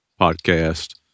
podcast